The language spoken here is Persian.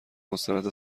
مستند